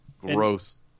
Gross